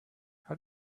how